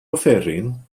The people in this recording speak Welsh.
offeryn